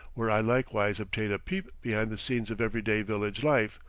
where i likewise obtain a peep behind the scenes of everyday village life,